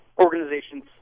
organizations